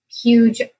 huge